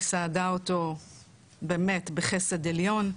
היא סעדה אותו באמת בחסד עליון,